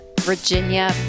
Virginia